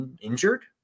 injured